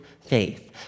faith